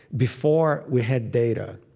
before we had data.